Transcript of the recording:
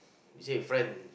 say friend